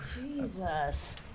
Jesus